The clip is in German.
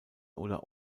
oder